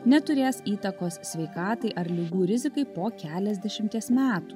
neturės įtakos sveikatai ar ligų rizikai po keliasdešimties metų